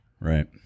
Right